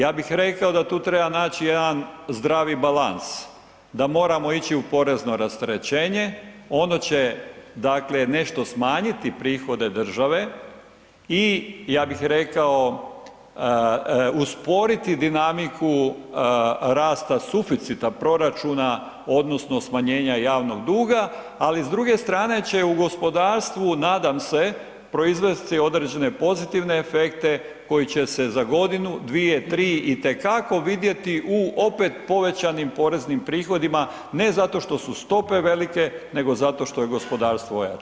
Ja bih rekao da tu treba naći jedan zdravi balans, da moramo ići u porezno rasterećenje, ono će dakle nešto smanjiti prihode države i ja bih rekao usporiti dinamiku rasta suficita proračuna odnosno smanjenja javnog duga, ali s druge strane će u gospodarstvu nadam se proizvesti određene pozitivne efekte koji će se za godinu, dvije, tri itekako vidjeti u opet povećanim poreznim prihodima, ne zato što su stope velike nego zato što je gospodarstvo ojačalo.